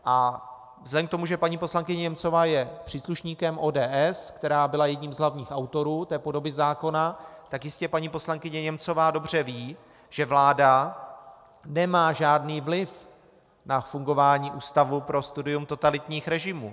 Vzhledem k tomu, že paní poslankyně Němcová je příslušníkem ODS, která byla jedním z hlavních autorů podoby zákona, jistě paní poslankyně Němcová dobře ví, že vláda nemá žádný vliv na fungování Ústavu pro studium totalitních režimů.